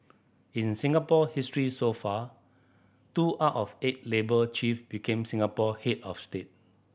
in Singapore history so far two out of eight labour chief became Singapore head of state